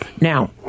Now